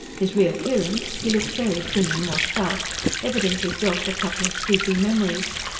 his reappearance he looked very thin and washed-out evidently jogged a couple of sleepy memories.